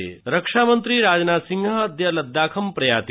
रक्षामन्त्री रक्षामन्त्री राजनाथसिंहः अद्य लद्दाखं प्रयाति